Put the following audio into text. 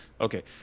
Okay